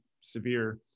severe